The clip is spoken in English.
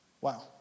Wow